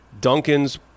Duncan's